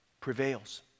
prevails